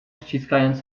ściskając